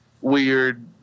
weird